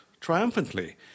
triumphantly